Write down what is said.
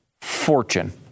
fortune